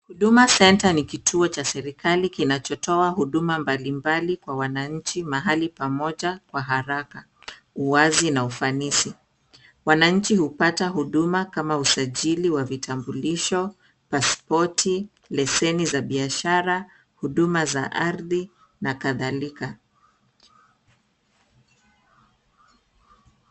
Huduma Center ni kituo cha serikali kinachotoa huduma mbalimbali kwa wananchi mahali pamoja kwa haraka, uwazi na ufanisi. Wananchi hupata huduma kama usajili wa vitambulisho , pasipoti, leseni za biashara , huduma za ardhi na kadhalika.